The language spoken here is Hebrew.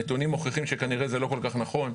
הנתונים מוכיחים שכנראה זה לא כל כך נכון.